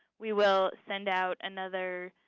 we will send out another